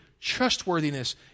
trustworthiness